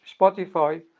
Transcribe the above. Spotify